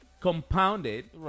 compounded